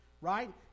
right